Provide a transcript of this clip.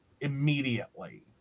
immediately